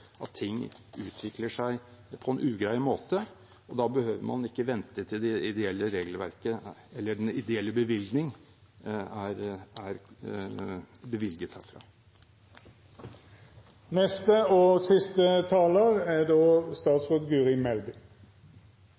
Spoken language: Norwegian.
at ting utvikler seg på en ugrei måte, og da behøver man ikke vente til den ideelle bevilgning er bevilget herfra. Jeg vil også gjerne takke for en god og